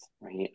right